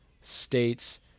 states